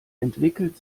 entwickelt